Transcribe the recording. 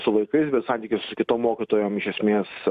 su vaikais bet santykiai su kitom mokytojom iš esmės